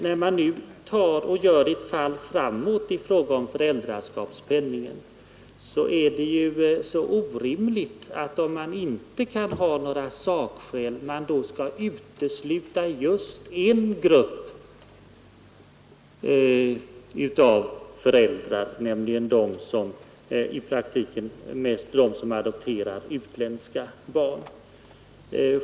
När man nu gör ett fall framåt i fråga om föräldrapenningen är det orimligt att utan sakskäl utesluta en grupp av föräldrar, nämligen i praktiken de flesta av dem som adopterar utländska barn.